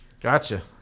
Gotcha